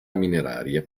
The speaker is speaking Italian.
minerarie